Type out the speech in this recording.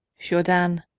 jourdain,